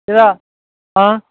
आ आं